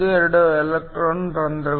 12 electron ರಂಧ್ರಗಳು